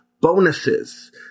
bonuses